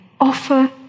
offer